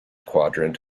quadrant